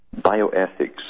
bioethics